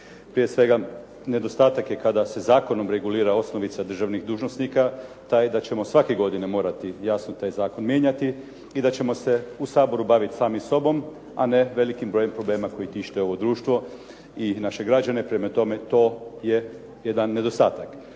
Prije svega nedostatak je kada se zakonom regulira osnovica državnih dužnosnika, taj da ćemo svake godine morati jasno taj zakon mijenjati i da ćemo se u Saboru baviti samim sobom, a ne velikim problemima koje tište ovo društvo i naše građane, prema tome to je jedan nedostatak.